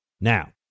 Now